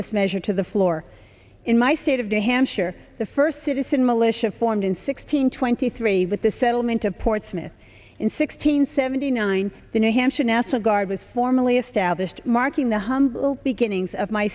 this measure to the floor in my state of the hampshire the first citizen militia formed in sixteen twenty three with the settlement of portsmouth in sixteen seventy nine the new hampshire nasa guard was formally established marking the humble beginnings of my